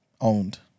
owned